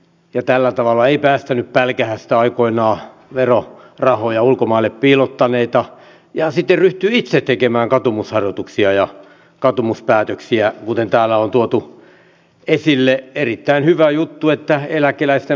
jo tällä tavalla ei päästänyt pälkähästä aikoinaan veron rahoja ulkomaille piilottaneita ja sitä ryhtyi itse tekemään katumusharjoituksia ja katumuspäätöksiä kuten täällä on tuotu esille erittäin hyvä juttu että eläkeläisten